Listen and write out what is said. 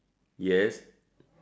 yes